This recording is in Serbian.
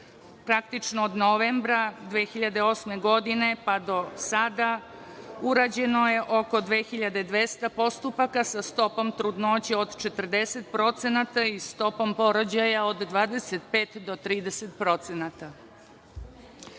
Praktično od novembra 2008. godine, pa do sada urađeno je oko 2.200 postupaka, sa stopom trudnoće od 40% i stopom porođaja od 25 do 30%.